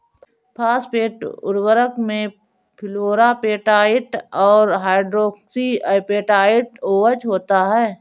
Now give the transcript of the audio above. phosphate उर्वरक में fluorapatite और हाइड्रोक्सी एपेटाइट ओएच होता है